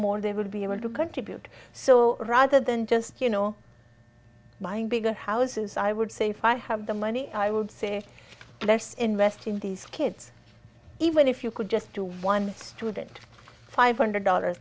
more they would be able to contribute so rather than just you know buying bigger houses i would say fi have the money i would say let's invest in these kids even if you could just do one student five hundred dollars